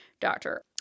doctor